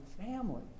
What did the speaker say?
family